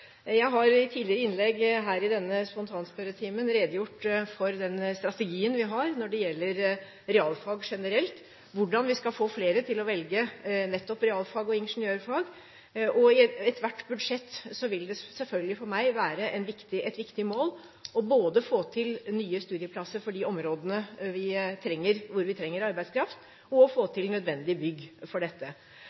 Jeg har i tidligere innlegg her i denne spontanspørretimen redegjort for den strategien vi har når det gjelder realfag generelt – hvordan vi skal få flere til å velge nettopp realfag og ingeniørfag. I ethvert budsjett vil det for meg selvfølgelig være et viktig mål både å få til nye studieplasser for de områdene der vi trenger arbeidskraft, og å få til nødvendige bygg for dette.